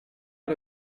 out